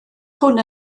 hwn